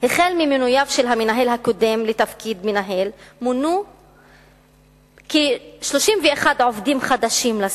מאז מינויו של המנהל הקודם לתפקיד מנהל מונו כ-31 עובדים חדשים לסניף.